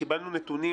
קיבלנו נתונים,